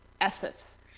assets